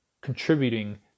contributing